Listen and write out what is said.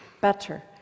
better